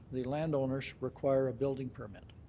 the landowners, require a building permit.